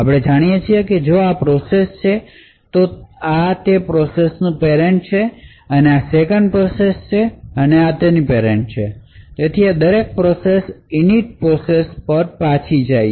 આપણે જાણીએ છીએ કે જો આ પ્રોસેસ છે તો આ તે પ્રોસેસ નો પેરેંટ છે આ 2nd પ્રોસેસ છે અને આ તેની પેરેંટ છે તેથી દરેક પ્રોસેસ init પ્રોસેસ પર પાછી જશે